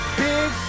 big